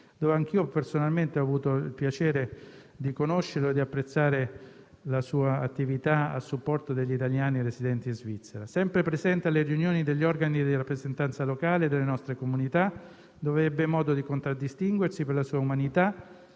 dove anch'io personalmente ho avuto il piacere di conoscerlo e di apprezzare la sua attività a supporto degli italiani ivi residenti. Era sempre presente alle riunioni degli organi di rappresentanza locale delle nostre comunità, dove ha avuto modo di contraddistinguersi per la sua umanità